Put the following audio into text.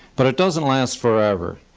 but it doesn't last forever,